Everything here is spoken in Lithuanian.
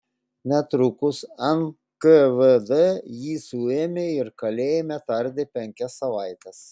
netrukus nkvd jį suėmė ir kalėjime tardė penkias savaites